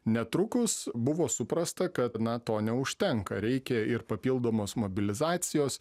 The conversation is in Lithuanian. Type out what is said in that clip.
netrukus buvo suprasta kad na to neužtenka reikia ir papildomos mobilizacijos